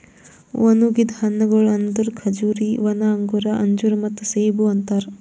ಒಣುಗಿದ್ ಹಣ್ಣಗೊಳ್ ಅಂದುರ್ ಖಜೂರಿ, ಒಣ ಅಂಗೂರ, ಅಂಜೂರ ಮತ್ತ ಸೇಬು ಅಂತಾರ್